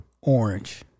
Orange